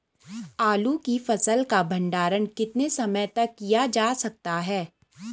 आलू की फसल का भंडारण कितने समय तक किया जा सकता है?